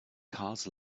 cars